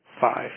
five